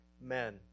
men